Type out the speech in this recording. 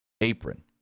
apron